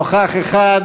נוכח אחד.